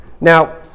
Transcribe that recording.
Now